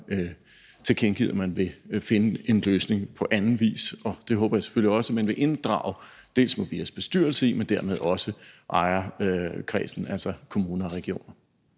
tilkendegivet, at man vil finde en løsning på anden vis, og jeg håber selvfølgelig også, at man vil inddrage både Movias bestyrelse og dermed også ejerkredsen, altså kommuner og regioner,